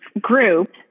group